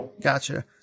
Gotcha